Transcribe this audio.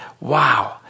wow